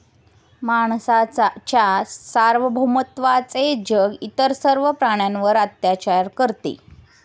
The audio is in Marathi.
माणसाच्या सार्वभौमत्वाचे जग इतर सर्व प्राण्यांवर अत्याचार करते